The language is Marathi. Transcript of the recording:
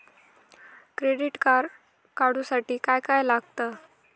क्रेडिट कार्ड काढूसाठी काय काय लागत?